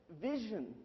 vision